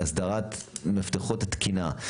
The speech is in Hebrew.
הסדרת מפתחות תקינה,